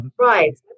Right